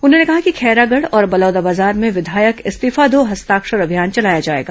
उन्होंने कहा कि खैरागढ़ और बलौदाबाजार में विधायक इस्तीफा दो हस्ताक्षर अभियान चलाया जाएगा